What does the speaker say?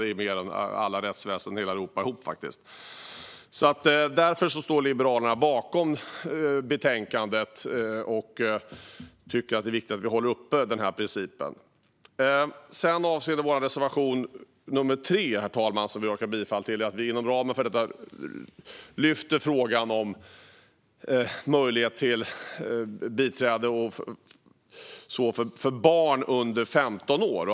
Det är mer än alla rättsväsen i hela Europa ihop kostar. Liberalerna står bakom förslaget i betänkandet. Det är viktigt att upprätthålla den principen. Herr talman! Vi yrkar också bifall till vår reservation nr 3, där vi inom ramen för detta lyfter upp frågan om möjlighet till biträde för barn under 15 år.